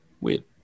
Weird